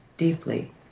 Deeply